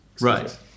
Right